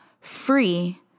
free